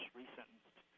resentenced